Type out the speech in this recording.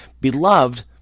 Beloved